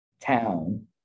town